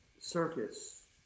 circus